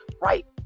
right